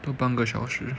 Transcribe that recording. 多半个小时